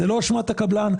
וזו לא אשמת הקבלן,